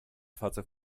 fahrzeug